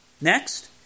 Next